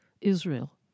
Israel